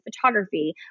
photography